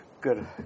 Good